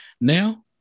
Now